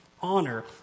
Honor